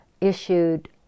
issued